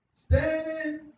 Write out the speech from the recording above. Standing